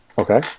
Okay